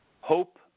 hope